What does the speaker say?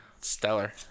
stellar